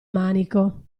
manico